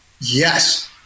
Yes